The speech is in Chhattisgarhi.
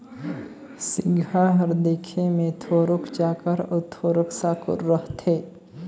सिगहा हर देखे मे थोरोक चाकर अउ थोरोक साकुर रहथे